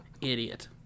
Idiot